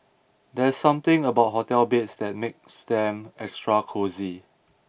there's something about hotel beds that makes them extra cosy